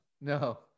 No